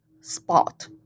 spot